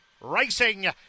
Racing